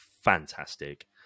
fantastic